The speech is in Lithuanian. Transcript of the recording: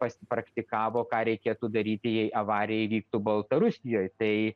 pasipraktikavo ką reikėtų daryti jei avarija įvyktų baltarusijoj tai